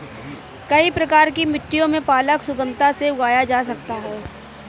कई प्रकार की मिट्टियों में पालक सुगमता से उगाया जा सकता है